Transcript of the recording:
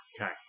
Okay